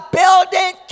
building